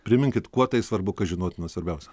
priminkit kuo tai svarbu kas žinotina svarbiausia